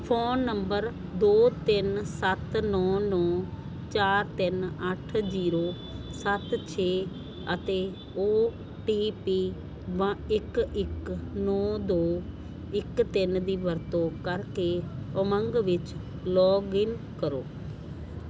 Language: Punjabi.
ਫ਼ੋਨ ਨੰਬਰ ਦੋ ਤਿੰਨ ਸੱਤ ਨੌਂ ਨੌਂ ਚਾਰ ਤਿੰਨ ਅੱਠ ਜ਼ੀਰੋ ਸੱਤ ਛੇ ਅਤੇ ਓ ਟੀ ਪੀ ਵੰ ਇੱਕ ਇੱਕ ਨੌਂ ਦੋ ਇੱਕ ਤਿੰਨ ਦੀ ਵਰਤੋਂ ਕਰਕੇ ਉਮੰਗ ਵਿੱਚ ਲੌਗਇਨ ਕਰੋ